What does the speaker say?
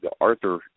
Arthur